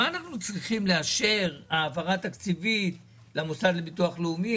למה אנחנו צריכים לאשר העברה תקציבית למוסד לביטוח לאומי?